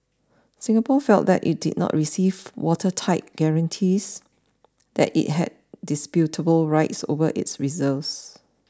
Singapore felt that it did not receive watertight guarantees that it had indisputable rights over its reserves